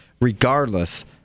regardless